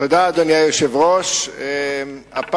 אדוני היושב-ראש, תודה.